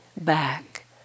back